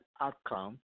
outcome